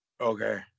okay